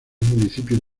municipios